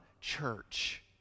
church